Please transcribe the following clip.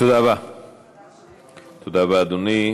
תודה רבה, אדוני.